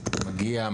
מגיע,